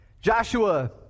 Joshua